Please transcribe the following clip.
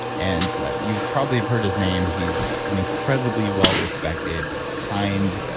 and you've probably have heard his name. he's an incredibly well-respected kind,